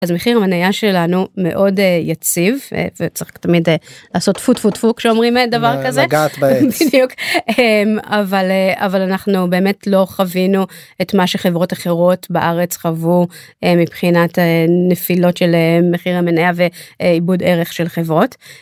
אז מחיר המנייה שלנו מאוד יציב וצריך תמיד לעשות טפו טפו טפו כשאומרים דבר כזה אבל אנחנו באמת לא חווינו את מה שחברות אחרות בארץ חוו מבחינת נפילות של מחיר המנייה ואיבוד ערך של חברות.